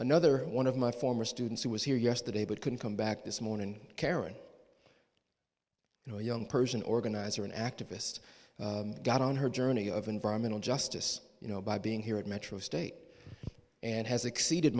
another one of my former students who was here yesterday but couldn't come back this morning carol you know young person organizer an activist got on her journey of environmental justice you know by being here at metro state and has exceeded